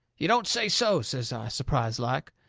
you don't say so! says i, surprised-like.